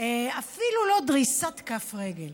אפילו לא דריסת רגל.